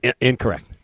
Incorrect